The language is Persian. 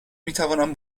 میتوانم